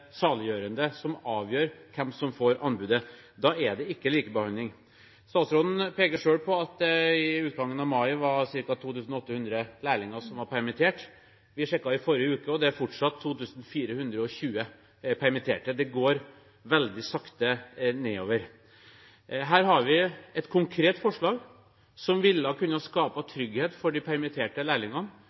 saliggjørende som avgjør hvem som får anbudet. Da er det ikke likebehandling. Statsråden peker selv på at det ved utgangen av mai var ca. 2 800 lærlinger som var permittert. Vi sjekket i forrige uke, og det var fortsatt 2 420 permitterte. Det går veldig sakte nedover. Her har vi et konkret forslag som kunne skapt trygghet for de permitterte lærlingene,